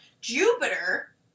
Jupiter